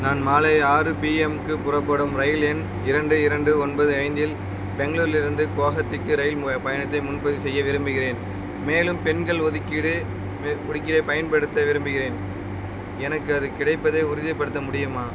நான் மாலை ஆறு பிஎம்க்கு புறப்படும் ரயில் எண் இரண்டு இரண்டு ஒன்பது ஐந்தில் பெங்களூர்லிருந்து குவஹாத்திக்கு ரயில் பயணத்தை முன்பதிவு செய்ய விரும்புகிறேன் மேலும் பெண்கள் ஒதுக்கீடு ஒதுக்கீட்டை பயன்படுத்த விரும்புகிறேன் எனக்கு அது கிடைப்பதை உறுதிப்படுத்த முடியுமா